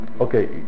Okay